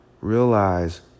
realize